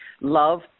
love